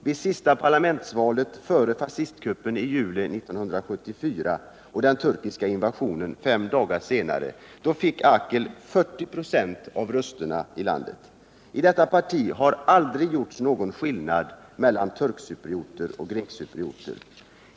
Vid sista parlamentsvalet före fascistkuppen i juli 1974 och den turkiska invasionen fem dagar senare fick AKEL över 40 96 av rösterna. I detta parti har aldrig gjorts någon skillnad mellan turkcyprioter och grekcyprioter.